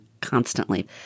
constantly